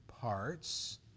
parts